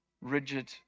rigid